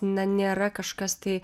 na nėra kažkas tai